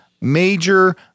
major